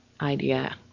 idea